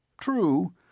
True